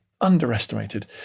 underestimated